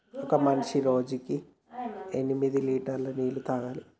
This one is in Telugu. ఒక మనిషి రోజుకి ఎనిమిది లీటర్ల నీళ్లు తాగాలి